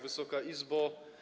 Wysoka Izbo!